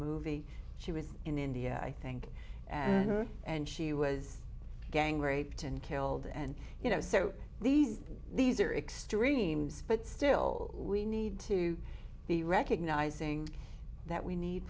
movie she was in india i think and and she was gang raped and killed and you know so these these are extremes but still we need to be recognizing that we need